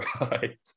right